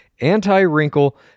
anti-wrinkle